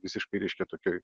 visiškai reiškia tokioj